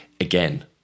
Again